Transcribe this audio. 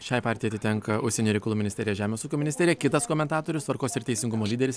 šiai partijai atitenka užsienio reikalų ministerija žemės ūkio ministerija kitas komentatorius tvarkos ir teisingumo lyderis